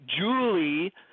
Julie